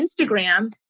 Instagram